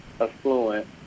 affluent